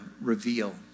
reveal